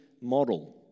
model